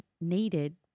needed